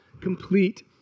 complete